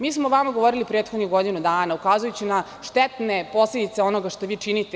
Mi smo vama govorili prethodnih godinu dana, ukazujući na štetne posledice onoga što vi činite.